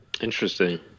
interesting